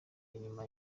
inyuma